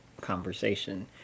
conversation